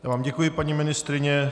Já vám děkuji, paní ministryně.